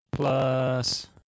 Plus